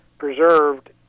preserved